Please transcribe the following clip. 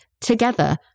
together